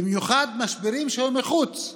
במיוחד משברים שהיו בחוץ,